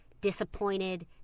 disappointed